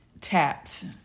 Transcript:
tapped